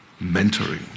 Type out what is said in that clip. mentoring